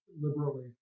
liberally